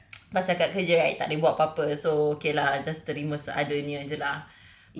masa kat kerja right tak boleh buat apa-apa so okay lah just terima seadanya jer lah